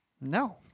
No